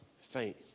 faint